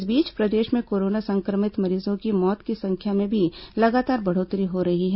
इस बीच प्रदेश में कोरोना संक्रमित मरीजों की मौत की संख्या में भी लगातार बढ़ोत्तरी हो रही है